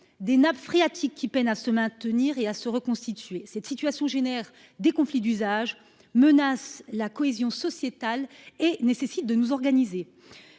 des nappes phréatiques qui peinent à se maintenir et à se reconstituer. Cette situation entraîne des conflits d'usage, menace la cohésion sociétale et nécessite que nous nous